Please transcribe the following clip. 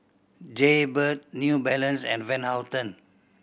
Jaybird New Balance and Van Houten